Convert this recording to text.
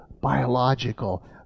biological